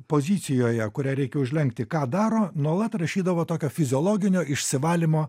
pozicijoje kurią reikia užlenkti ką daro nuolat rašydavo tokio fiziologinio išsivalymo